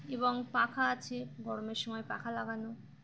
এবং পাখা আছে গরমের সময় পাখা লাগানো